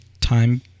time